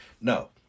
no